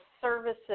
services